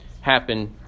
happen